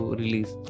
release